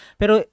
pero